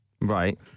Right